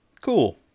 Cool